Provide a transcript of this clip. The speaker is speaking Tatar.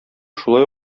шулай